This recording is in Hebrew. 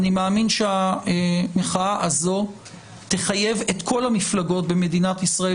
ואני מאמין שהמחאה הזאת תחייב את כל המפלגות במדינת ישראל